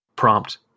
prompt